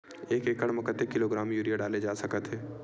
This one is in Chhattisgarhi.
एक एकड़ म कतेक किलोग्राम यूरिया डाले जा सकत हे?